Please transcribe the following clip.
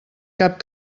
cap